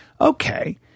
Okay